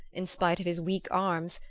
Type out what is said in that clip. in spite of his weak arms,